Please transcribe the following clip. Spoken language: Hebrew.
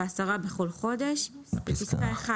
ב-10 בכל חודש"; בפסקה (1),